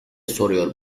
soruyor